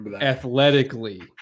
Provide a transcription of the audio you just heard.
athletically